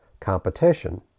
competition